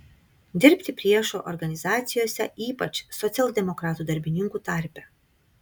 dirbti priešo organizacijose ypač socialdemokratų darbininkų tarpe